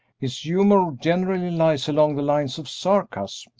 his humor generally lies along the lines of sarcasm,